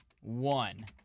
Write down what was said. One